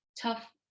tough